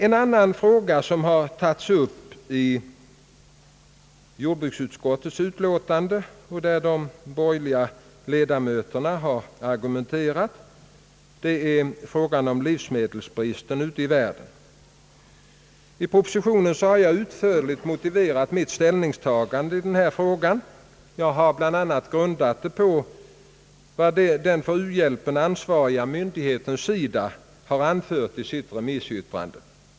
En annan fråga, som har tagits upp i jordbruksutskottets utlåtande och där de borgerliga ledamöterna har argumenterat, gäller livsmedelbristen ute i världen. I propositionen har jag utförligt motiverat mitt ställningstagande i denna fråga. Jag har bl.a. grundat det på vad den för u-hjälpen ansvariga myndigheten, SIDA, har anfört i sitt remissyttrande.